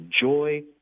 joy